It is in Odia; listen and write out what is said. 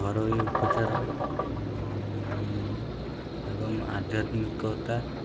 ଘରୋଇ ଉପଚାର ଏବଂ ଆଧ୍ୟାତ୍ମିକତା